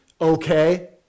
okay